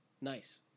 Nice